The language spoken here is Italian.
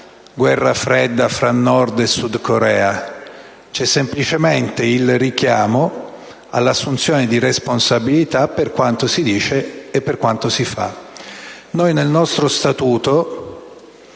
guerra fredda fra Corea del Nord e del Sud: c'è semplicemente il richiamo all'assunzione di responsabilità per quanto si dice e per quanto si fa. Noi tutto questo